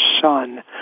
son